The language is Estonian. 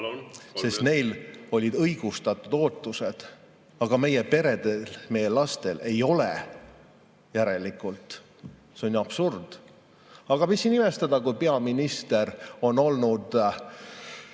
sest neil olid õigustatud ootused, aga meie peredel, meie lastel järelikult ei ole. See on ju absurd. Aga mis siin imestada, kui peaminister on olnud